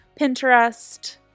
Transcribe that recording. Pinterest